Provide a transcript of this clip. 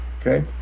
Okay